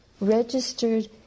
registered